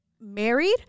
Married